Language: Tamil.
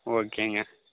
ஓகேங்க